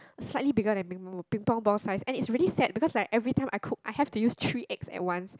slightly bigger than Ping Pong ball Ping Pong ball size and is really sad because like every time I cooked I have to use three eggs at once